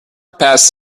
passed